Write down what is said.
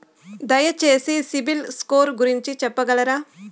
దయచేసి సిబిల్ స్కోర్ గురించి చెప్పగలరా?